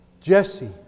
Jesse